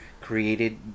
created